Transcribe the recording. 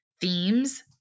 themes